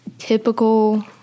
Typical